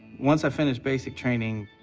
once i finished basic training,